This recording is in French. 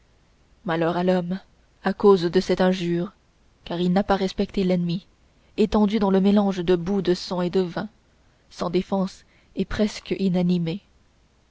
malheur à l'homme à cause de cette injure car il n'a pas respecté l'ennemi étendu dans le mélange de boue de sang et de vin sans défense et presque inanimé